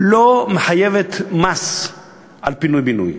לא מחייבת מס על פינוי-בינוי.